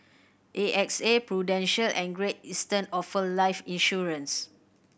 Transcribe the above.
A X A Prudential and Great Eastern offer life insurance